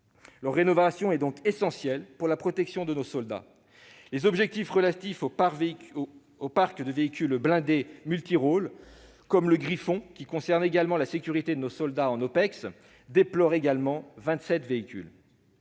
Leur rénovation est donc essentielle pour la protection de nos soldats. Les objectifs relatifs au parc de véhicules blindés multi-rôles, comme le Griffon- eux aussi assurent la sécurité des soldats en OPEX -, déplorent également le manque